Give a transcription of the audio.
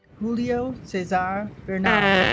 julio cesar bernal